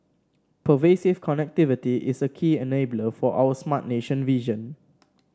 pervasive connectivity is a key enabler for our Smart Nation vision